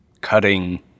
cutting